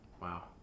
wow